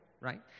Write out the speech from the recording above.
right